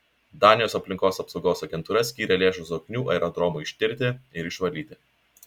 danijos aplinkos apsaugos agentūra skyrė lėšų zoknių aerodromui ištirti ir išvalyti